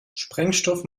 sprengstoff